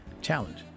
challenge